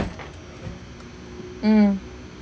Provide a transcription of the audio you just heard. mm